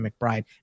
McBride